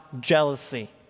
jealousy